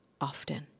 often